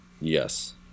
Yes